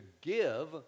give